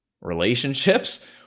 relationships